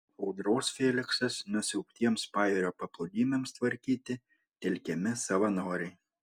audros feliksas nusiaubtiems pajūrio paplūdimiams tvarkyti telkiami savanoriai